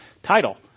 Title